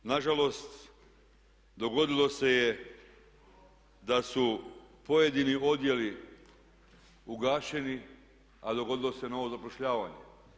Nažalost, dogodilo se da su pojedini odjeli ugašeni, a dogodilo se novo zapošljavanje.